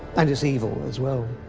and is evil as well.